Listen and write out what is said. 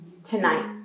Tonight